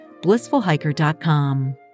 blissfulhiker.com